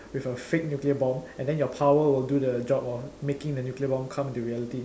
with a fake nuclear bomb and then your power will do the job of making the nuclear bomb come into reality